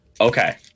Okay